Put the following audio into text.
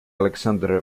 aleksandr